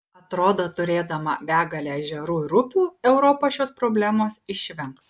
atrodo turėdama begalę ežerų ir upių europa šios problemos išvengs